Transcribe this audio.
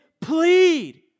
plead